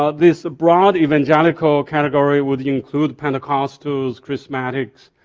ah this broad evangelical category would include pentecostals, charismatics,